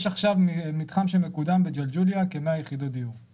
יש עכשיו מתחם של כ-100 יחידות דיור שמקודם בג'לג'וליה.